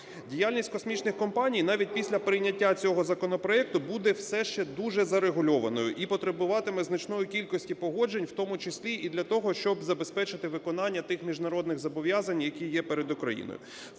Діяльність космічних компаній навіть після прийняття цього законопроекту буде все ще дуже зарегульованою і потребуватиме значної кількості погоджень, в тому числі і для того, щоб забезпечити виконання тих міжнародних зобов'язань, які є перед Україною.